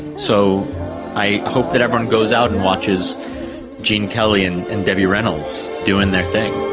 so i hope that everyone goes out and watches gene kelly and and debbie reynolds doing their thing.